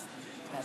כהצעת הוועדה,